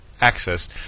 access